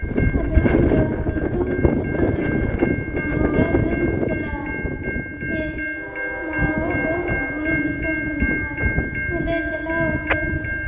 ᱟᱫᱚ ᱤᱧᱫᱚ ᱥᱤᱛᱩᱝ ᱨᱤᱛᱩ ᱜᱮ ᱢᱟᱢᱟ ᱚᱲᱟᱜ ᱫᱚᱧ ᱪᱟᱞᱟᱜᱼᱟ ᱡᱮ ᱢᱟᱢᱟ ᱚᱲᱟᱜ ᱫᱚ ᱵᱩᱨᱩ ᱫᱤᱥᱟᱹᱢ ᱠᱟᱱᱟ ᱟᱨ ᱚᱸᱰᱮ ᱪᱟᱞᱟᱣ ᱠᱟᱛᱮ